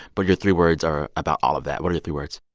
but your three words are about all of that. what are your three words?